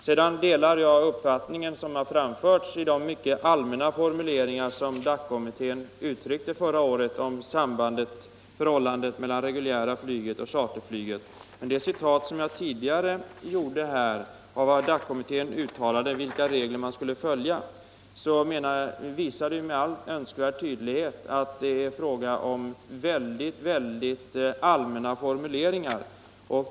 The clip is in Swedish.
Jag delar den uppfattning som DAC-kommittén i mycket allmänna formuleringar uttryckte förra året om förhållandet mellan det reguljära flyget och charterflyget. Det citat som jag tidigare läste upp av vad DAC kommittén uttalat om vilka regler man skulle följa visar dock med all önskvärd tydlighet att det är fråga om mycket allmänna formuleringar.